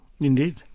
Indeed